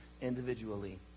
individually